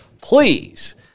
please